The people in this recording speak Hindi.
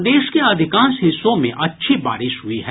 प्रदेश के अधिकांश हिस्सों में आज अच्छी बारिश हुई है